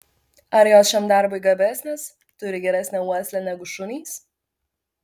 ar jos šiam darbui gabesnės turi geresnę uoslę negu šunys